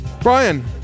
Brian